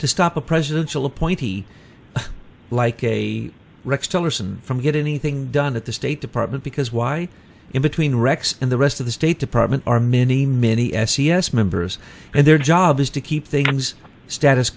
to stop a presidential appointee like a rex tillerson from get anything done at the state department because why in between rex and the rest of the state department are many many s e s members and their job is to keep things status